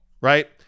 right